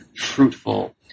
fruitful